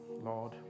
Lord